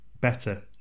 better